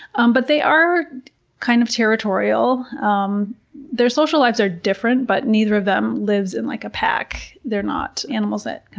um but they are kind of territorial. um their social lives are different, but neither of them lives in like a pack. they're not animals that, kind